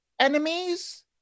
Enemies